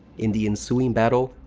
in the ensuing battle,